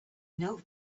knelt